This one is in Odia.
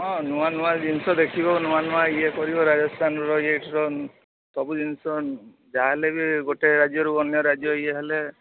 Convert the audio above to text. ହଁ ନୂଆ ନୂଆ ଜିନିଷ ଦେଖିବ ନୂଆ ନୂଆ ଇଏ କରିବ ରାଜସ୍ଥାନର ସବୁ ଜିନିଷ ଯାହା ହେଲେ ବି ଗୋଟେ ରାଜ୍ୟରୁ ଅନ୍ୟ ରାଜ୍ୟ ଇଏ ହେଲେ